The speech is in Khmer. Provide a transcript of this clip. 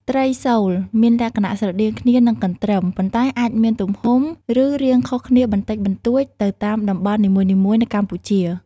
ត្រីសូល មានលក្ខណៈស្រដៀងគ្នានឹងកន្ទ្រឹម ប៉ុន្តែអាចមានទំហំ ឬរាងខុសគ្នាបន្តិចបន្តួចទៅតាមតំបន់នីមួយៗនៅកម្ពុជា។